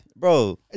Bro